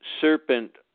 serpent